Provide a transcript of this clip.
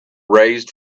raised